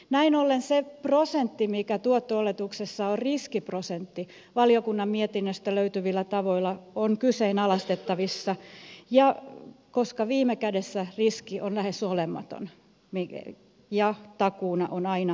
näin ollen se luku mikä tuotto oletuksessa on riskiprosentti valiokunnan mietinnöstä löytyvillä tavoilla on kyseenalaistettavissa koska viime kädessä riski on lähes olematon ja takuuna on aina veronmaksaja